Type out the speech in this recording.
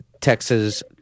Texas